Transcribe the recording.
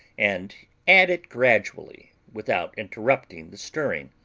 and add it gradually, without interrupting the stirring.